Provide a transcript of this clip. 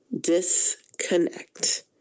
disconnect